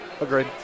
agreed